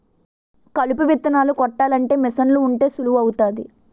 కలుపు విత్తనాలు కొట్టాలంటే మీసన్లు ఉంటే సులువు అవుతాది